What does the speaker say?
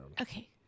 Okay